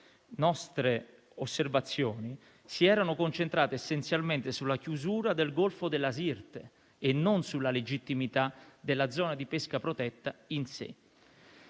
nostre osservazioni si erano concentrate essenzialmente sulla chiusura del Golfo della Sirte e non sulla legittimità della zona di pesca protetta in sé.